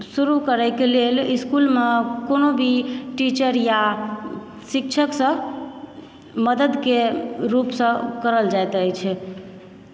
शुरु करयके लेल स्कूलमऽ कोनो भी टीचर या शिक्षकसभ मददके रुपसँ करल जाइत अछि